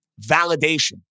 validation